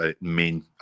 main